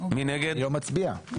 אני לא מצביע.